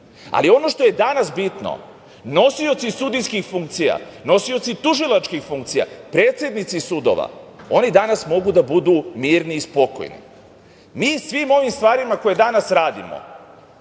što je danas bitno, nosioci sudijskih funkcija, nosioci tužilačkih funkcija, predsednici sudova, oni danas mogu da budu mirni i spokojni. Mi svim ovim stvarima koje danas radimo